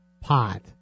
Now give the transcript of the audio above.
pot